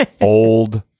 old